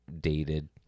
dated